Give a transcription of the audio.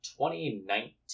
2019